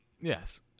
Yes